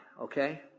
okay